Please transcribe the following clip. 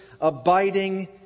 abiding